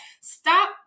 Stop